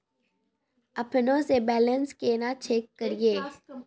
अपनों से बैलेंस केना चेक करियै?